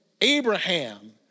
abraham